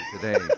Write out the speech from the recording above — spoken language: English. today